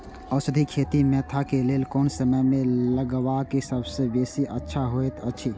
औषधि खेती मेंथा के लेल कोन समय में लगवाक सबसँ बेसी अच्छा होयत अछि?